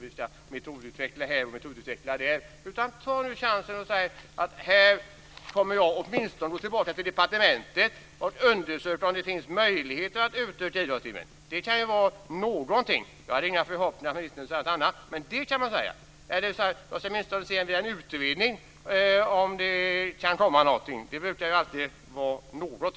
Vi ska metodutveckla här, och vi ska metodutveckla där. Ta nu chansen och säg: Jag kommer åtminstone att gå tillbaka till departementet och undersöka om det finns möjligheter att utöka antalet idrottstimmar. Det kan vara någonting. Jag hade inte några förhoppningar att ministern skulle säga något annat. Men han kan åtminstone säga om det kommer en utredning. Det brukar i varje fall vara något.